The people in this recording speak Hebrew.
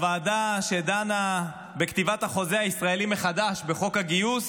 לוועדה שדנה בכתיבת החוזה הישראלי מחדש בחוק הגיוס,